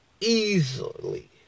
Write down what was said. easily